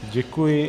Děkuji.